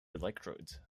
electrodes